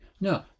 no